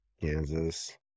Kansas